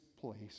place